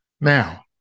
Now